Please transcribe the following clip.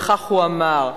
וכך הוא אמר: